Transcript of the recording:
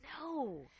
No